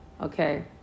okay